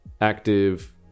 active